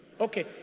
Okay